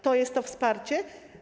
To jest to wsparcie?